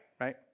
Right